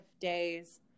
days